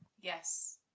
Yes